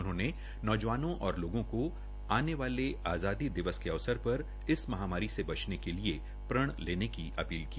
उन्होंने नौजवानों और लोगों को इस आजादी दिवस के अवसर पर आने वाले इस महामारी से बचने के लिए प्रण लेने की अपील की